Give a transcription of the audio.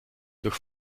durch